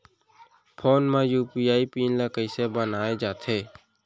Phone म UPI pin ल कइसे बनाये जाथे?